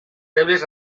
febles